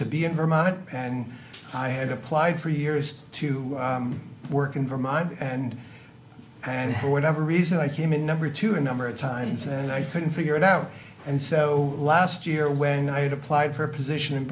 to be in vermont and i had applied for years to work in vermont and and whatever reason i came in number two a number of times and i couldn't figure it out and so last year when i had applied for a position in